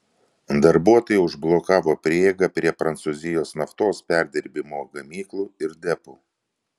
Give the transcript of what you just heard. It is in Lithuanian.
darbuotojai užblokavo prieigą prie prancūzijos naftos perdirbimo gamyklų ir depų